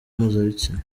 mpuzabitsina